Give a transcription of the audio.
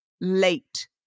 late